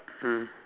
mm